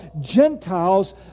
Gentiles